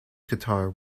guitar